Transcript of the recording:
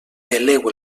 peleu